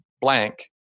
blank